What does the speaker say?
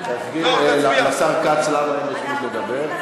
נסביר לשר כץ למה אי-אפשר לדבר.